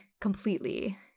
completely